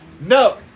No